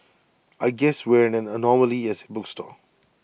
I guess we're an anomaly as A bookstore